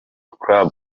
club